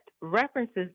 references